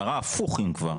היא מראה הפוך אם כבר,